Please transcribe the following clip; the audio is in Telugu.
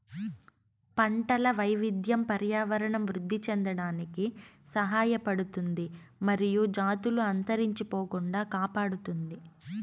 పంటల వైవిధ్యం పర్యావరణం వృద్ధి చెందడానికి సహాయపడుతుంది మరియు జాతులు అంతరించిపోకుండా కాపాడుతుంది